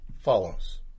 follows